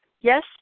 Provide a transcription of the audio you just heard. Yes